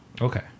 Okay